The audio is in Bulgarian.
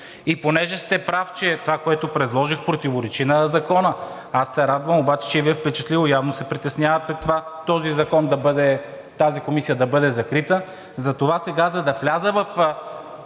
И понеже сте прав – това, което предложих, противоречи на Закона. Аз се радвам обаче, че Ви е впечатлило, явно се притеснявате от това тази комисия да бъде закрита, затова сега, за да вляза в